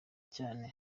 cyane